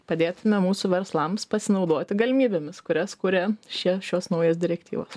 padėtumėm mūsų verslams pasinaudoti galimybėmis kurias kuria šie šios naujos direktyvos